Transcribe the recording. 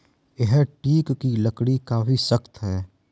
यह टीक की लकड़ी काफी सख्त है